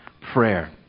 prayer